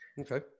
Okay